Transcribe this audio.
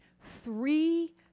three